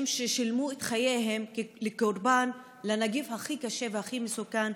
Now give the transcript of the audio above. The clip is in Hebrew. ששילמו את חייהן כקורבן לנגיף הכי קשה והכי מסוכן,